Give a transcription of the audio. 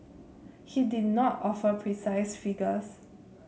he did not offer precise figures